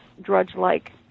drudge-like